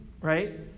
right